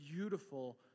beautiful